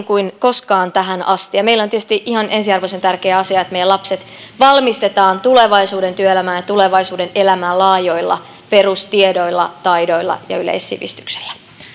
kuin koskaan tähän asti ja meille on tietysti ihan ensiarvoisen tärkeä asia että meidän lapset valmistetaan tulevaisuuden työelämään ja tulevaisuuden elämään laajoilla perustiedoilla taidoilla ja yleissivistyksellä